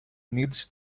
needs